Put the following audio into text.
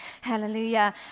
Hallelujah